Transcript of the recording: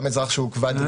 גם אזרח שהוא כבד ראייה.